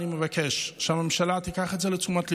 אני מבקש שהממשלה תיקח את זה לתשומת ליבה,